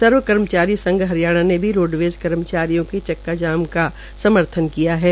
सर्वकर्मचारी संघ हरियाणा ने भी रोडवेज़ कर्मचारियों का चक्का जाम का समर्थन कियाहै